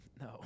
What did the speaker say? No